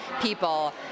people